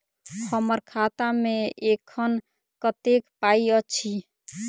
हम्मर खाता मे एखन कतेक पाई अछि?